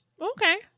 okay